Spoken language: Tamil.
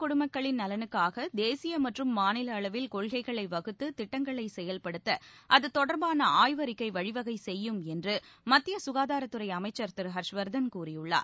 குடிமக்களின் நலனுக்காக தேசிய மற்றும் மாநில அளவில் கொள்கைகளை வகுத்து மூத்த திட்டங்களை செயல்படுத்த அது தொடர்பான ஆய்வறிக்கை வழிவகை செய்யும் என்று மத்திய சுகாதாரத்துறை அமைச்சர் திரு ஹர்ஷ்வர்தன் கூறியுள்ளார்